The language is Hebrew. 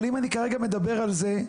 אבל אם אני כרגע מדבר על זה,